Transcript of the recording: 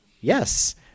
yes